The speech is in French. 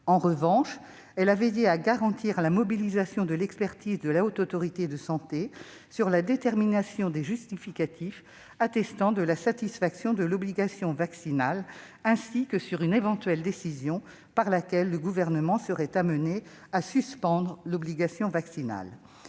En revanche, elle a veillé à garantir que l'expertise de la Haute Autorité de santé soit mobilisée sur la détermination des justificatifs attestant la satisfaction de l'obligation vaccinale, ainsi que sur une éventuelle décision par laquelle le Gouvernement serait conduit à suspendre cette obligation. L'article